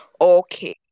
Okay